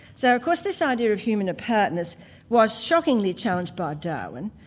so of course this idea of human apartness was shockingly challenged by darwin,